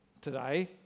today